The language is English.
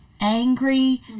angry